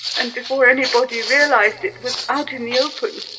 and, before anybody realised it, was out in the open,